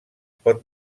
pot